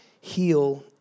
heal